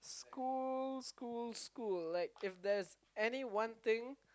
school school school like if there's any one thing